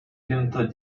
hinter